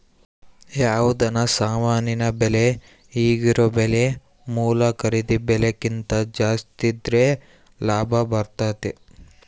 ಯಾವುದನ ಸಾಮಾನಿನ ಬೆಲೆ ಈಗಿರೊ ಬೆಲೆ ಮೂಲ ಖರೀದಿ ಬೆಲೆಕಿಂತ ಜಾಸ್ತಿದ್ರೆ ಲಾಭ ಬರ್ತತತೆ